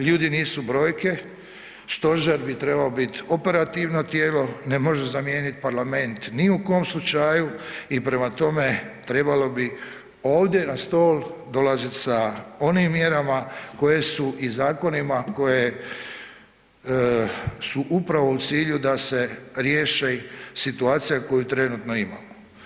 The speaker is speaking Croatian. Ljudi nisu brojke, stožer bi trebao biti operativno tijelo, ne može zamijenit parlament ni u kom slučaju i prema tome trebalo bi ovdje na stol dolazit sa onim mjerama koje su i zakonima koje su upravo u cilju da se riješi situacija koju trenutno imamo.